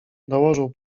dołożył